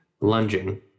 lunging